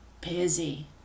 busy